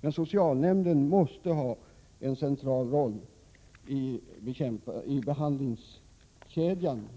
Men socialnämnderna måste ha en central roll i behandlingskedjan.